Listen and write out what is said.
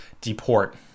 deport